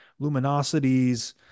luminosities